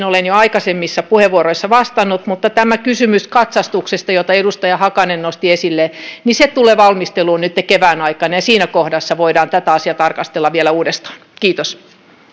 olen jo aikaisemmissa puheenvuoroissani vastannut kysymys katsastuksesta jota edustaja hakanen nosti esille tulee valmisteluun kevään aikana ja siinä kohdassa voidaan tätä asiaa tarkastella vielä uudestaan kiitos